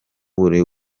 buri